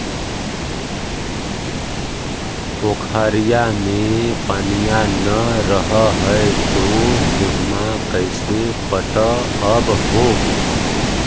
पोखरिया मे पनिया न रह है तो गेहुमा कैसे पटअब हो?